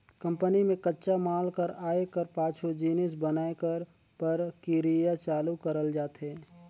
company में कच्चा माल कर आए कर पाछू जिनिस बनाए कर परकिरिया चालू करल जाथे